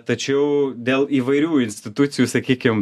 tačiau dėl įvairių institucijų sakykim